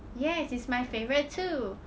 yes it's my favourite too